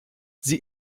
sie